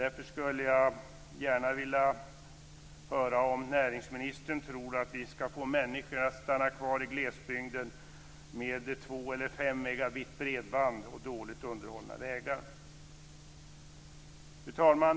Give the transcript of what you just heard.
Därför skulle jag gärna vilja höra om näringsministern tror att vi ska få människor att stanna kvar i glesbygden med 2 eller 5 megabit bredband och dåligt underhållna vägar. Fru talman!